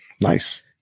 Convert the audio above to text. Nice